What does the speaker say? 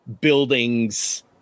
buildings